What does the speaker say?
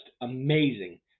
amazing